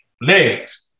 legs